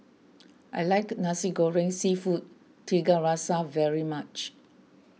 I like Nasi Goreng Seafood Tiga Rasa very much